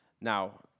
Now